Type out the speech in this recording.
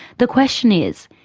the question is,